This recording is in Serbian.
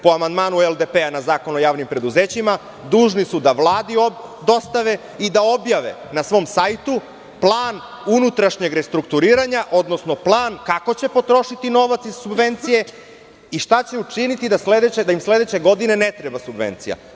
Po amandmanu LDP na Zakon o javnim preduzećima dužni su da Vladi dostave i da objave na svom sajtu plan unutrašnjeg restrukturiranja, odnosno plan kako će potrošiti novac za subvencije i šta će učiniti da im sledeće godine ne treba subvencija.